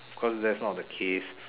of course that's not the case